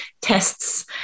tests